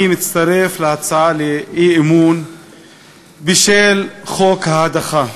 אני מצטרף להצעת האי-אמון בשל חוק ההדחה.